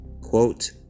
quote